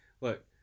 Look